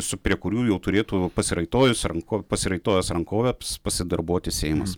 su prie kurių jau turėtų pasiraitojus ranko pasiraitojęs rankoves pasidarbuoti seimas